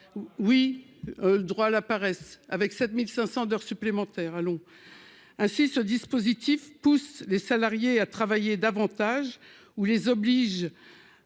oui, le droit à la paresse, avec 7500 d'heures supplémentaires, allons ainsi ce dispositif pousse les salariés à travailler davantage, ou les oblige